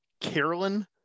Carolyn